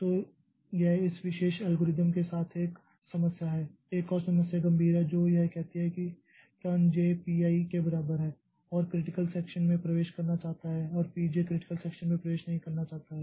तो यह इस विशेष एल्गोरिथ्म के साथ एक समस्या है एक और समस्या गंभीर है जो यह कहती है कि टर्न j P i के बराबर हैं और क्रिटिकल सेक्षन में प्रवेश करना चाहता हैं और P j क्रिटिकल सेक्षन में प्रवेश नहीं करना चाहता है